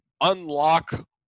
unlock